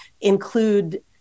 include